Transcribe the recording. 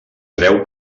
creu